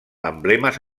emblemes